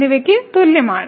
എന്നിവയ്ക്ക് തുല്യമാണ്